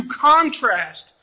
contrast